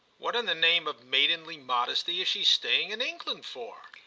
what in the name of maidenly modesty is she staying in england for?